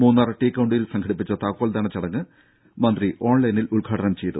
മൂന്നാർ ടീക്കൌണ്ടിയിൽ സംഘടിപ്പിച്ച താക്കോൽദാന ചടങ്ങ് മന്ത്രി ഓൺലൈനിൽ ഉദ്ഘാടനം ചെയ്തു